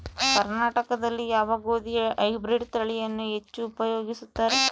ಕರ್ನಾಟಕದಲ್ಲಿ ಯಾವ ಗೋಧಿಯ ಹೈಬ್ರಿಡ್ ತಳಿಯನ್ನು ಹೆಚ್ಚು ಉಪಯೋಗಿಸುತ್ತಾರೆ?